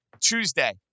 Tuesday